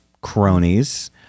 cronies